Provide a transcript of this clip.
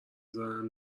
زارن